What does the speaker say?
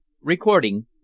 Recording